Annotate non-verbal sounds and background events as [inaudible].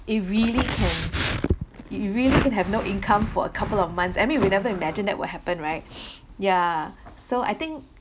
if really can you you really don't have no income for a couple of months I mean we never imagine that will happen right [breath] yeah so I think